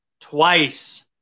twice